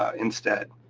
ah instead.